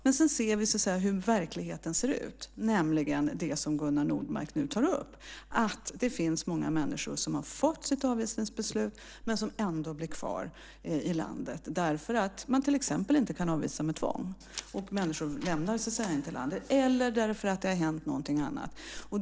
Men sedan ser vi hur verkligheten ser ut, nämligen det som Gunnar Nordmark nu tar upp om att det finns många människor som har fått sitt avvisningsbeslut men som ändå blir kvar i landet därför att man till exempel inte kan avvisa med tvång och människor lämnar inte landet eller därför att det har hänt någonting annat.